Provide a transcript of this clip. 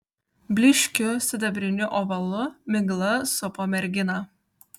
blyškiu sidabriniu ovalu migla supo merginą